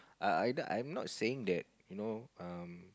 uh I I I'm not saying that you know um